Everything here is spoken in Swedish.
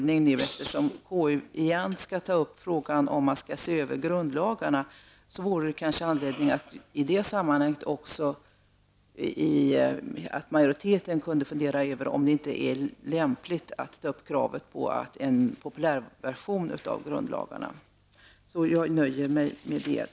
När nu KU igen skall ta upp frågan om att se över grundlagarna, vore det kanske anledning för majoriteten att i det sammanhanget fundera över om det är lämpligt att ta upp kravet på en poupulärversion av grundlagarna. Jag nöjer mig med detta.